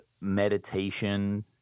meditation